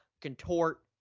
contort